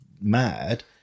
mad